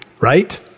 right